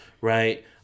Right